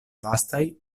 vastaj